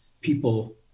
people